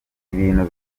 ibintu